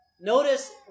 Notice